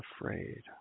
afraid